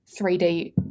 3D